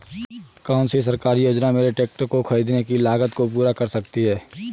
कौन सी सरकारी योजना मेरे ट्रैक्टर को ख़रीदने की लागत को पूरा कर सकती है?